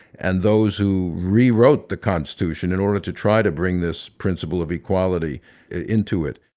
and those who rewrote the constitution in order to try to bring this principle of equality into it.